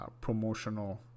promotional